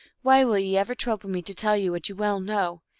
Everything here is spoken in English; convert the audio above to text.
why will ye ever trouble me to tell you what you well know?